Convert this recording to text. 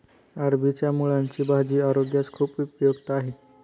अरबीच्या मुळांची भाजी आरोग्यास खूप उपयुक्त आहे